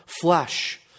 flesh